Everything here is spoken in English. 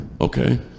Okay